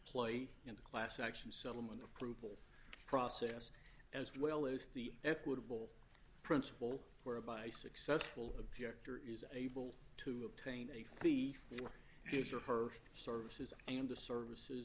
played in the class action settlement approval process as well as the equitable principle whereby successful objector is able to obtain a fee for his or her services and the services